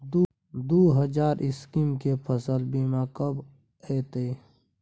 दु हजार एक्कीस के फसल बीमा कब अयतै?